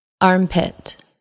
armpit